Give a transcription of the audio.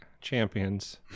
champions